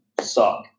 suck